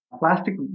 plastic